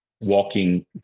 walking